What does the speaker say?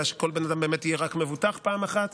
אלא שכל בן אדם יהיה מבוטח פעם אחת,